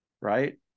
Right